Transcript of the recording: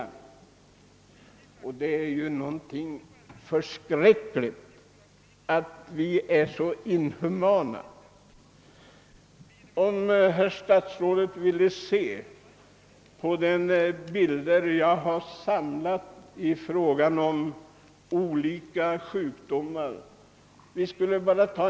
Det är förskräckligt att vi är så inhumana. Statsrådet kan få se på bilder som jag har samlat och som visar olika sjukdomar.